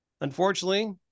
unfortunately